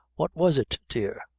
what was it, dear?